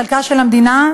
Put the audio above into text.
חלקה של המדינה,